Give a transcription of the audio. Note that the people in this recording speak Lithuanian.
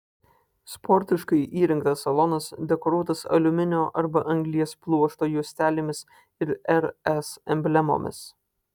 sportiškai įrengtas salonas dekoruotas aliuminio arba anglies pluošto juostelėmis ir rs emblemomis